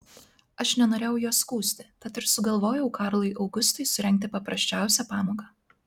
aš nenorėjau jo skųsti tad ir sugalvojau karlui augustui surengti paprasčiausią pamoką